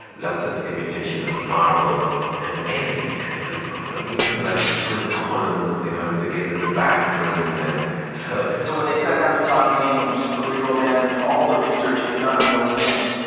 lots of imitation of marble and everything had a greek column. even like, greek columns in order to get to the bathroom and so, so when they sat down to talk names, rodrigo abandoned all the research he had done going in.